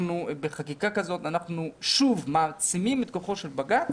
בחקיקה כזאת אנחנו שוב מעצימים את כוחו של בג"ץ